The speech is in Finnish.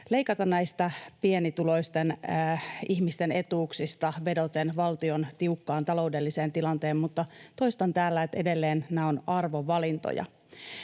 leikata näistä pienituloisten ihmisten etuuksista, vedoten valtion tiukkaan taloudelliseen tilanteeseen. Mutta toistan täällä, että edelleen nämä ovat arvovalintoja.